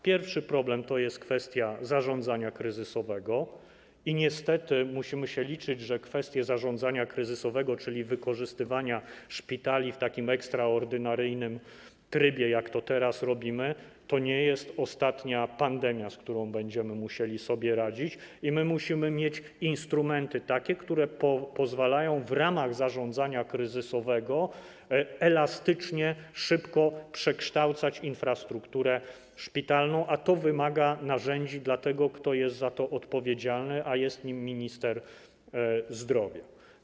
Pierwszy problem to jest kwestia zarządzania kryzysowego i niestety musimy się liczyć z tym, że jeśli chodzi o kwestię zarządzania kryzysowego, czyli wykorzystywania szpitali w takim ekstraordynaryjnym trybie, jak to teraz robimy, to nie jest to ostatnia pandemia, z którą będziemy musieli sobie radzić, i musimy mieć takie instrumenty, które pozwalają w ramach zarządzania kryzysowego elastycznie, szybko przekształcać infrastrukturę szpitalną, a to wymaga narzędzi dla tego, kto jest za to odpowiedzialny, a jest nim minister zdrowia.